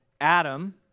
Adam